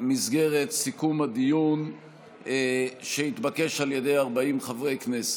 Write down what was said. במסגרת סיכום הדיון שהתבקש על ידי 40 חברי כנסת.